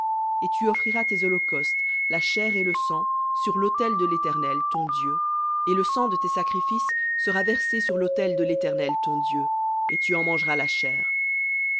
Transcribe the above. et tu offriras tes holocaustes la chair et le sang sur l'autel de l'éternel ton dieu et le sang de tes sacrifices sera versé sur l'autel de l'éternel ton dieu et tu en mangeras la chair